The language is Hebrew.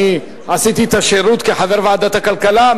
אני עשיתי את השירות כחבר ועדת הכלכלה.